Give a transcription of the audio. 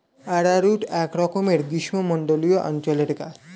arrowroot একরকমের গ্রীষ্মমণ্ডলীয় অঞ্চলের গাছ